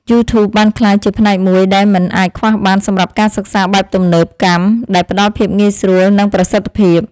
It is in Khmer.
យូធូបបានក្លាយជាផ្នែកមួយដែលមិនអាចខ្វះបានសម្រាប់ការសិក្សាបែបទំនើបកម្មដែលផ្តល់ភាពងាយស្រួល និងប្រសិទ្ធភាព។